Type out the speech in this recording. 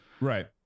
Right